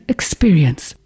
Experience